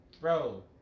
Bro